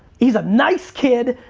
he's a nice kid,